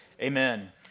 Amen